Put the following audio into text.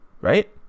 right